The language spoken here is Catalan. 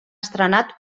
estrenat